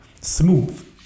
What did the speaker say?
smooth